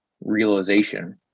realization